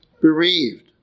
bereaved